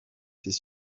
ses